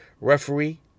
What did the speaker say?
referee